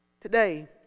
Today